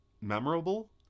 memorable